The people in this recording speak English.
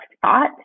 thought